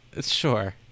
Sure